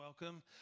Welcome